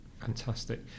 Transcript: Fantastic